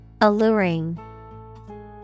Alluring